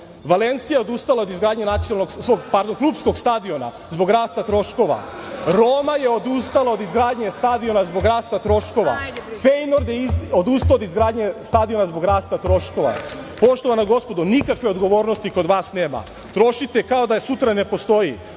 Valensija je odustala od izgradnje svog klupskog stadiona zbog rasta troškova. Roma je odustala od izgradnje stadiona zbog rasta troškova. „Fejnord“ je odustao od izgradnje stadiona zbog rasta troškova. Poštovana gospodo, nikakve odgovornosti kod vas nema. Trošite kao da sutra ne postoji.